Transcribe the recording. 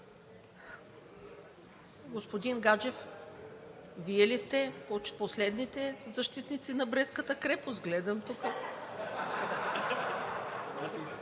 Господин Гаджев, Вие ли сте от последните защитници на Брестката крепост? Гледам тук…